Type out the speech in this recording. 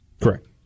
Correct